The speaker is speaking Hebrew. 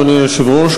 אדוני היושב-ראש,